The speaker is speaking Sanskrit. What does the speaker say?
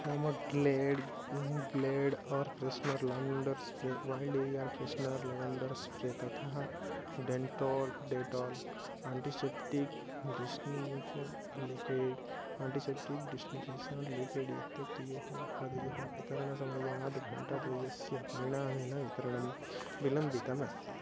मम Glade blade or freshener lavender spray वाल्डियर् फ़्रेश्नर् लेवण्डर् स्प्रे तथा डेन्टाल् डेटोल् आण्टिशेप्टीक् डिश्निरिषप् लिक्वीड् आण्टिसेप्टिक् डिश्निफ़िसर् लिक्विडि इत्तेत्तयोः उत्पादयोः वितरणसमयात् घण्टाद्वयस्य परिणामेन वितरणं विलम्बितमस्ति